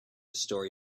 story